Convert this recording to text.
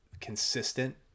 consistent